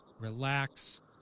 relax